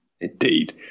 indeed